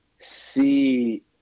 see